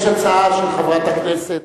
יש הצעה של חברת הכנסת.